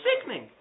sickening